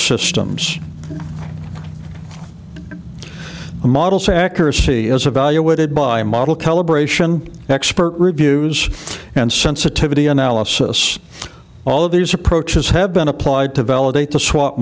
systems model so accuracy is a value added by model calibration expert reviews and sensitivity analysis all of these approaches have been applied to validate the swa